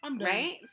Right